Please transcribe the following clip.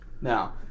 Now